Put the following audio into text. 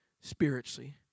spiritually